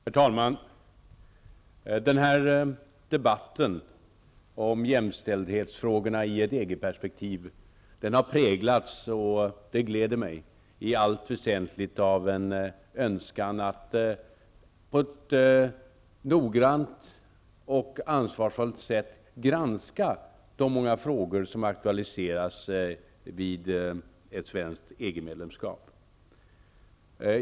Herr talman! Den här debatten om jämställdhetsfrågorna i ett EG-perspektiv har präglats -- och det gläder mig -- i allt väsentligt av en önskan att på ett noggrant och ansvarsfullt sätt granska de många frågor som aktualiseras vid ett svenskt EG-medlemskap.